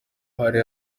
hari